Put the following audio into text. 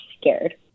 scared